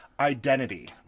identity